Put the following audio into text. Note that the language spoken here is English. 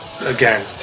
Again